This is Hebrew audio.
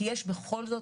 כי יש בכל זאת,